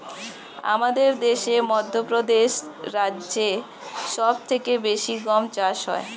আমাদের দেশে মধ্যপ্রদেশ রাজ্যে সব থেকে বেশি গম চাষ হয়